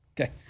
Okay